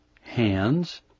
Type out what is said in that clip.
hands